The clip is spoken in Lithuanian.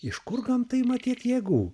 iš kur gamta ima tiek jėgų